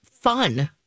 fun